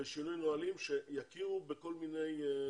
לשינוי נהלים, שיכירו בכל מיני